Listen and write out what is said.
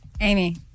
Amy